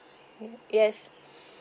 yes